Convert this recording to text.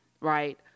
right